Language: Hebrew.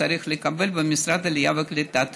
צריך לקבל במשרד העלייה והקליטה.